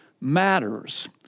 matters